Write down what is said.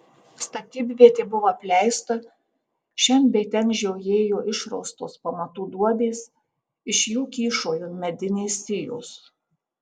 statybvietė buvo apleista šen bei ten žiojėjo išraustos pamatų duobės iš jų kyšojo medinės sijos